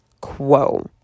quo